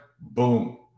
Boom